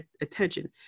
attention